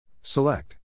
Select